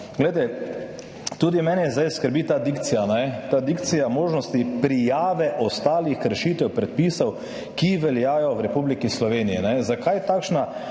pojasnili. Tudi mene zdaj skrbi ta dikcija, ta dikcija možnosti prijave ostalih kršitev predpisov, ki veljajo v Republiki Sloveniji. Zakaj takšna,